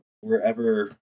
wherever